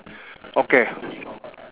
okay